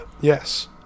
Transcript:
Yes